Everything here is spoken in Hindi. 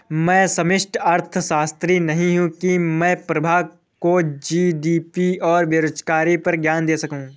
मैं समष्टि अर्थशास्त्री नहीं हूं की मैं प्रभा को जी.डी.पी और बेरोजगारी पर ज्ञान दे सकूं